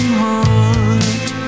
heart